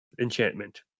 enchantment